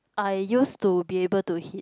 I used to be able to hit